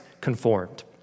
conformed